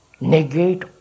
negate